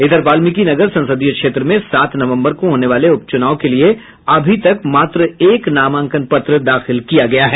इधर वाल्मीकिनगर संसदीय क्षेत्र में सात नवम्बर को होने वाले उप चुनाव के लिए अभी तक मात्र एक नामांकन पत्र दाखिल किया गया है